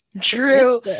True